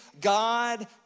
God